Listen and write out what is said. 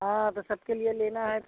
हाँ तो सबके लिए लेना है तो